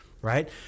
right